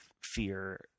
fear